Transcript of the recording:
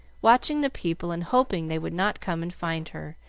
watching the people and hoping they would not come and find her,